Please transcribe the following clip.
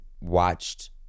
watched